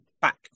back